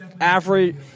average